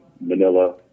Manila